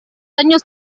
años